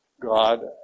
God